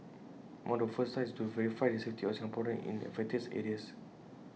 among the first tasks is to verify the safety of Singaporeans in affected areas